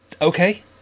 okay